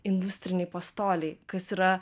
industriniai pastoliai kas yra